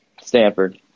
Stanford